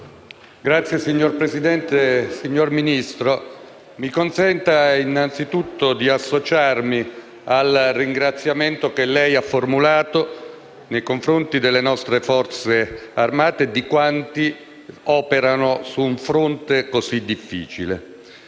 PLI))*. Signor Presidente, signor Ministro, mi consenta innanzitutto di associarmi al ringraziamento che lei ha formulato nei confronti delle nostre Forze armate e di quanti operano su un fronte così difficile.